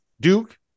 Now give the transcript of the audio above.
Duke